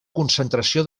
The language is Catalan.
concentració